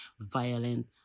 violent